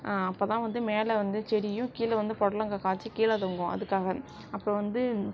அப்போதான் வந்து மேலே வந்து செடியும் கீழே வந்து பொடலங்காய் காய்ச்சி கீழே தொங்கும் அதுக்காக அப்புறம் வந்து